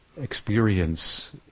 experience